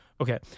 okay